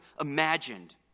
imagined